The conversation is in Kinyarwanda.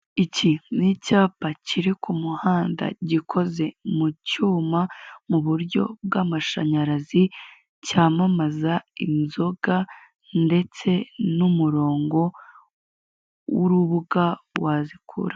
Iki ni icyapa kiri ku muhanda, gikoze mu cyuma, mu buryo bw'amashanyarazi, cyamamaza inzoga, ndetse n'umurongo w'urubuga wazikuraho.